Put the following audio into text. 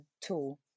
tool